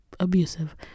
abusive